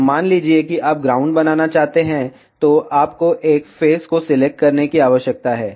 अब मान लीजिए कि आप ग्राउंड बनाना चाहते हैं तो आपको एक फेस को सिलेक्ट करने की आवश्यकता है